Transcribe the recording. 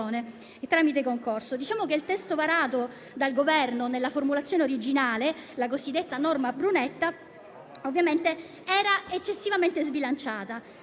Il testo varato dal Governo nella formulazione originale, la cosiddetta norma Brunetta, era eccessivamente sbilanciato,